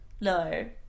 no